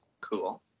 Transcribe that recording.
Cool